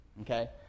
Okay